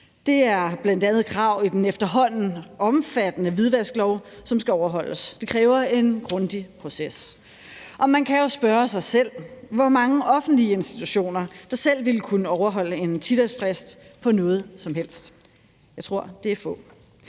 Det er bl.a. krav i den efterhånden omfattende hvidvasklov, som skal overholdes. Det kræver en grundig proces. Og man kan jo spørge sig selv, hvor mange offentlige institutioner der selv ville kunne overholde en 10-dagesfrist på noget som helst. Jeg tror, det er få.